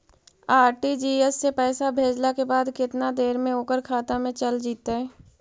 RTGS से पैसा भेजला के बाद केतना देर मे ओकर खाता मे चल जितै?